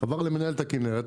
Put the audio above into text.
עבר למינהלת הכנרת,